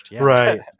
right